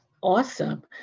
Awesome